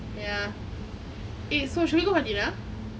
ya eh so should we go for dinner